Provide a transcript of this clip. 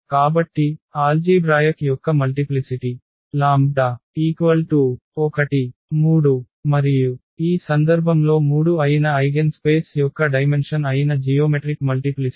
కాబట్టి ఆల్జీభ్రాయక్ యొక్క మల్టిప్లిసిటి λ 1 3 మరియు ఈ సందర్భంలో 3 అయిన ఐగెన్ స్పేస్ యొక్క డైమెన్షన్ అయిన జియోమెట్రిక్ మల్టిప్లిసిటి